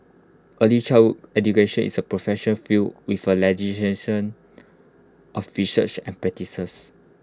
early child education is A professional field with A of research and practices